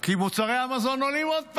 כי מוצרי המזון עולים עוד פעם.